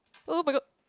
[oh]-my-god